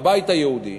מהבית היהודי,